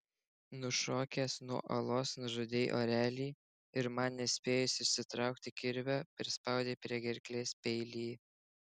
nušokęs nuo uolos nužudei orelį ir man nespėjus išsitraukti kirvio prispaudei prie gerklės peilį